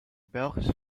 belgische